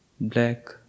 black